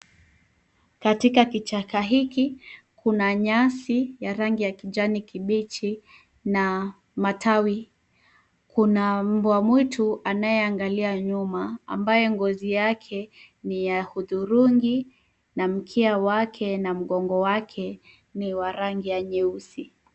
Katika kichaka hiki kuna nyasi ya rangi ya kijani kibichi na matawi. Kuna mbwamwitu anayeangalia nyuma ambaye ngozi yake ni ya hudhurungi na mkia wake na mgongo wake ni wa rangi ya nyeusi.